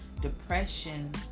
depression